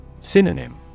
Synonym